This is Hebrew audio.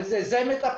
ובזה זה מטפל,